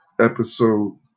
Episode